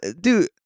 dude